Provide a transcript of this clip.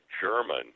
German